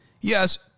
Yes